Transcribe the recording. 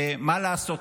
ומה לעשות,